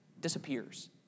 disappears